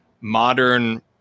modern